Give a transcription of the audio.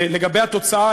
ולגבי התוצאה,